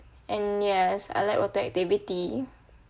and yes I like water activity